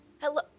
Hello